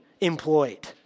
employed